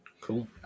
Cool